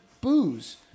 booze